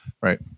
right